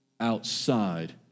outside